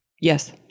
Yes